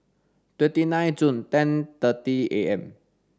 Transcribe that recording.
twenty nine June ten thirty A M